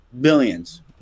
billions